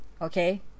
okay